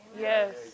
Yes